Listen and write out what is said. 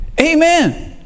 Amen